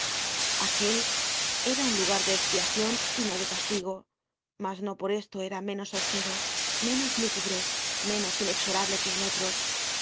aquel era un lugar de expiacion y no de castigo mas no por esto era menos austero menos lúgubre menos inexorable que el otro